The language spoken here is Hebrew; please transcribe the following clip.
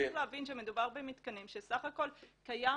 צריך להבין שמדובר במתקנים שסך הכל קיים